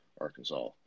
Arkansas